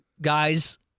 guys